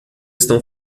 estão